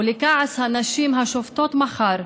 ולכעס הנשים השובתות מחר,